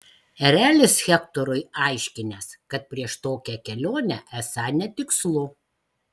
erelis hektorui aiškinęs kad prieš tokią kelionę esą netikslu